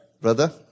brother